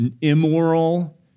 immoral